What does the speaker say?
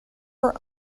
for